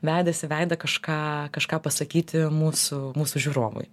veidas į veidą kažką kažką pasakyti mūsų mūsų žiūrovui